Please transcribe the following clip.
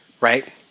right